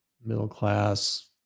middle-class